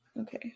Okay